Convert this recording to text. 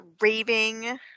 raving